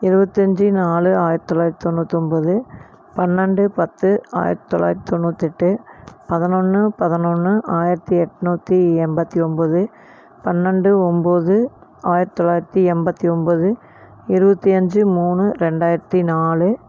இருபத்தி அஞ்சு நாலு ஆயிரத்து தொள்ளாயிரத்தி தொண்ணுாற்றி ஒம்பது பன்னெண்டு பத்து ஆயிரத்து தொள்ளாயிரத்தி தொண்ணுாத்தெட்டு பதினொன்று பதினொன்று ஆயிரத்து எட்நூற்றி எண்பத்தி ஒம்பது பன்னெண்டு ஒம்பது ஆயிரத்து தொள்ளாயிரத்தி எண்பத்தி ஒம்பது இருபத்தி அஞ்சு மூணு ரெண்டாயிரத்து நாலு